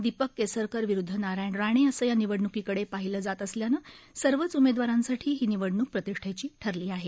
दीपक केसरकर विरुद्ध नारायण राणे असं या निवडण्कीकडे पाहिलं जात असल्यानं सर्वच उमेदवारांसाठी ही निवडणूक प्रतिष्ठेची ठरली आहे